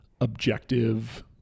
objective